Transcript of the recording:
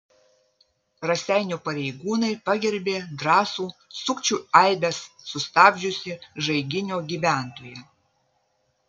raseinių pareigūnai pagerbė drąsų sukčių eibes sustabdžiusį žaiginio gyventoją